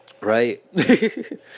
Right